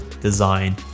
design